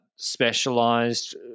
Specialized